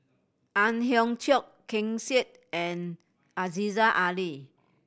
Ang Hiong Chiok Ken Seet and Aziza Ali